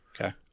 okay